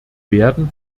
werden